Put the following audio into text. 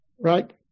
right